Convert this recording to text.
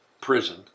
prison